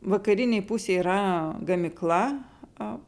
vakarinėj pusėj yra gamykla a